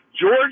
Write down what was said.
George